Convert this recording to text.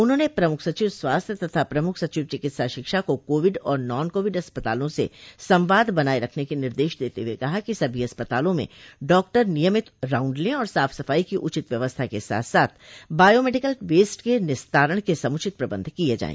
उन्होंने प्रमुख सचिव स्वास्थ्य तथा प्रमुख सचिव चिकित्सा शिक्षा को कोविड और नान कोविड अस्पताला से संवाद बनाये रखने के निर्देश देते हुए कहा कि सभी अस्पतालों में डाक्टर नियमित राउण्ड लें और साफ सफाई की उचित व्यवस्था के साथ साथ बायोमेडिकल वेस्ट के निस्तारण के समूचित प्रबन्ध किये जायें